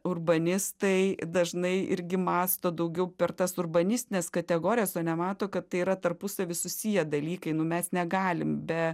urbanistai dažnai irgi mąsto daugiau per tas urbanistines kategorijas o nemato kad tai yra tarpusavy susiję dalykai nu mes negalim be